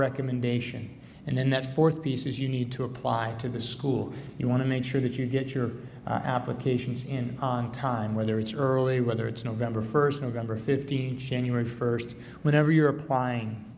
recommendation and then that fourth piece is you need to apply to the school you want to make sure that you get your applications in on time whether it's early whether it's november first november fifteenth january first whenever you're applying